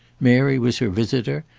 mary was her visitor,